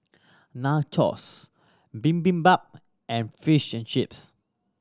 Nachos Bibimbap and Fish and Chips